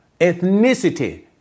ethnicity